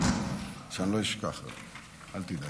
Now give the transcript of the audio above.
אובדן יקירינו,